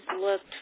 looked